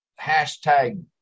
hashtag